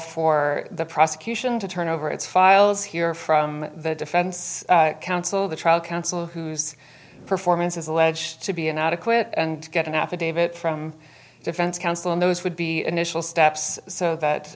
for the prosecution to turn over its files here from the defense counsel the trial counsel whose performance is alleged to be inadequate and to get an affidavit from defense counsel and those would be initial steps so that